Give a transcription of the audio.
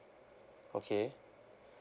okay